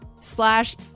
slash